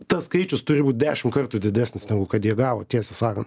tas skaičius turi būt dešimt kartų didesnis negu kad jie gavo tiesą sakant